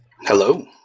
Hello